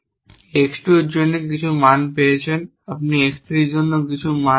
x 2 এর জন্য কিছু মান পেয়েছেন আপনি x 3 এর জন্য কিছু মান পেয়েছেন